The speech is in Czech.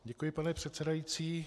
Děkuji, pane předsedající.